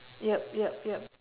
yup yup yup